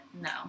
no